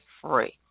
free